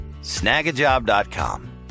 Snagajob.com